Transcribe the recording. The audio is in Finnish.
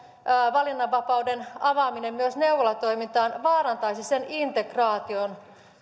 valinnanvapauden avaaminen myös neuvolatoimintaan vaarantaisi sen integraation